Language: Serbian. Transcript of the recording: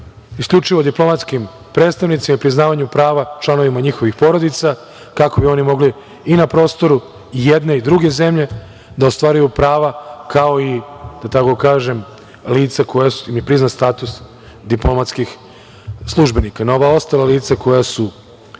isključivo o diplomatskim predstavnicima, priznavanju prava članovima njihovih porodica, kako bi oni mogli i na prostoru jedne i druge zemlje da ostvaruju prava, kao i lica kojima je priznat status diplomatskih službenika. Na ova ostala lica koja su,